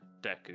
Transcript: Deku